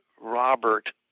Robert